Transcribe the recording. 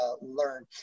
learn